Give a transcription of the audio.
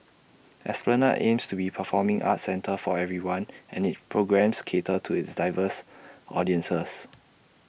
esplanade aims to be A performing arts centre for everyone and its programmes cater to its diverse audiences